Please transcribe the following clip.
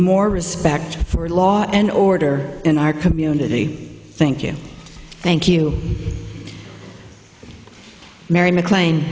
more respect for law and order in our community thank you thank you mary mclean